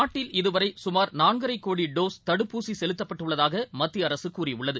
நாட்டில் இதுவரைசுமார் நாள்கரைகோடிடோஸ் தடுப்பூசிசெலுத்தப்பட்டுள்ளதாகமத்தியஅரசுகூறியுள்ளது